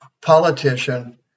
politician